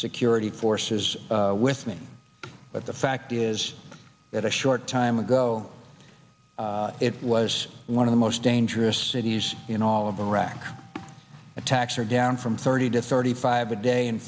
security forces with me but the fact is that a short time ago it was one of the most dangerous cities in all of iraq attacks are down from thirty to thirty five a day in